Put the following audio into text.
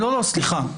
לא, סליחה.